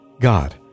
God